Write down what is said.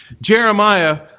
Jeremiah